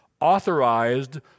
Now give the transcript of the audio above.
authorized